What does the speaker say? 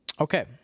Okay